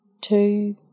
two